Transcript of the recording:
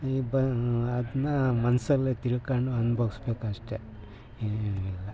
ಈ ಬ ಅದನ್ನ ಮನಸಲ್ಲೇ ತಿಳ್ಕೊಂಡು ಅನುಭವ್ಸ್ಬೇಕು ಅಷ್ಟೇ ಇನ್ನೇನು ಇಲ್ಲ